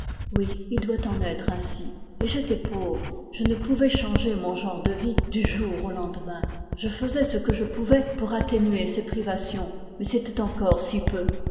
oui il doit en être ainsi et j'étais pauvre je ne pouvais changer mon genre de vie du jour au lendemain je faisais ce que je pouvais pour atténuer ses privations mais c'était encore si peu